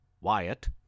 Wyatt